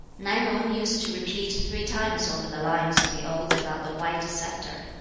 nan yung used to repeat three times over the lines in the odes about the white sceptre.